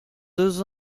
deux